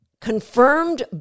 confirmed